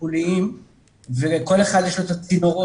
הטיפוליים כאשר לכל אחד יש את הצינורות